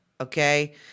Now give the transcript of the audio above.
Okay